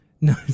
no